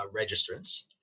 registrants